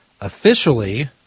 officially